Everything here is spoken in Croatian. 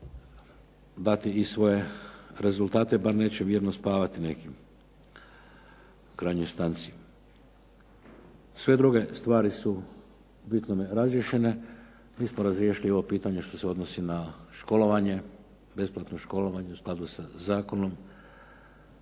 dati i svoje rezultate, bar neće mirno spavati neki u krajnjoj stanci. Sve druge stvari su u bitnom razriješene. Mi smo razriješili i ovo pitanje koje se odnosi na školovanje, besplatno školovanje u skladu sa zakonom